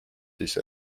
siis